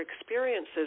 experiences